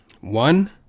One